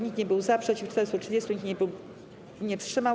Nikt nie był za, przeciw - 430, nikt się nie wstrzymał.